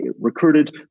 recruited